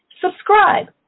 Subscribe